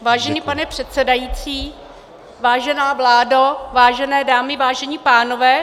Vážený pane předsedající, vážená vládo, vážené dámy, vážení pánové.